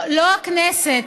לא הכנסת.